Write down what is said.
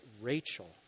Rachel